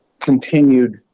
continued